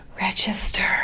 register